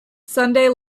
sunday